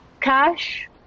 cash